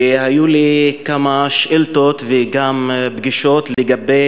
היו לי כמה שאילתות וגם פגישות לגבי